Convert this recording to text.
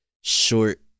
short